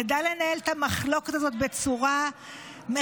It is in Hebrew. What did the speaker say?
נדע לנהל את המחלוקת הזו בצורה מכבדת